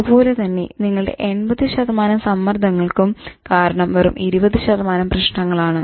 അതുപോലെ തന്നെ നിങ്ങളുടെ 80 സമ്മർദ്ദങ്ങൾക്കും കാരണം വെറും 20 പ്രശ്നങ്ങളാണ്